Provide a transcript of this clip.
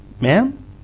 Ma'am